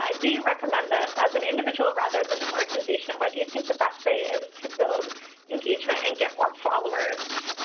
ah do recommend this? as an individual rather than organization, what do you think the best way is to build engagement and get more followers?